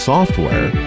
Software